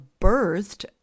birthed